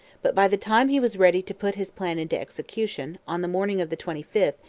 but by the time he was ready to put his plan into execution, on the morning of the twenty fifth,